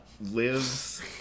lives